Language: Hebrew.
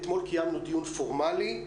ואתמול קיימנו דיון פורמלי.